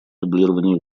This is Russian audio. дублирования